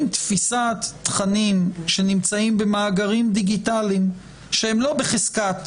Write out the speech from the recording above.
תפיסת תכנים שנמצאים במאגרים דיגיטליים שהם לא בהחזקת